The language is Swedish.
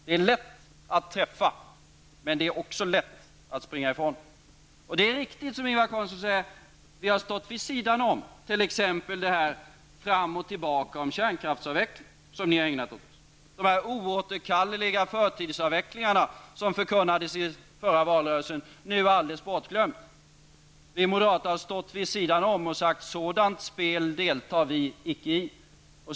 Det är lätt att träffa överenskommelser, men det är också lätt att springa ifrån dem. Det är riktigt som Ingvar Carlsson säger att vi har stått vid sidan om t.ex. diskussionerna fram och tillbaka när det gäller kärnkraftsavvecklingen som ni har ägnat er åt. De oåterkalleliga förtidsavvecklingarna som förkunnades i förra valrörelsen är nu helt bortglömda. Vi moderater har stått vid sidan om och sagt att vi icke deltar i sådant spel.